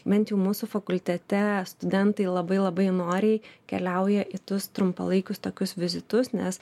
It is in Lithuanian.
bent jau mūsų fakultete studentai labai labai noriai keliauja į tus trumpalaikius tokius vizitus nes